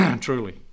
truly